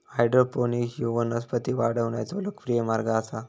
hydroponics ह्यो वनस्पती वाढवण्याचो लोकप्रिय मार्ग आसा